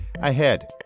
Ahead